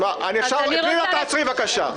פנינה, תעצרי, בבקשה.